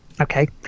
okay